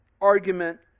argument